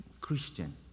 Christian